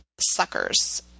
suckers